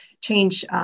change